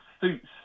suits